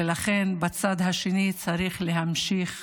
ולכן בצד השני צריך להמשיך